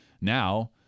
now